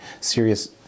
serious